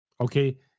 Okay